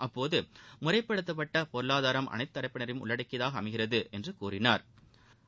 அப்போது முறைப்படுத்தப்பட்ட பொருளாதாரம் அனைத்துத் தரப்பினரையும் உள்ளடக்கியதாக அமைகிறது என்று கூறினாா்